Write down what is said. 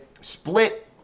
split